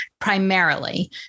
primarily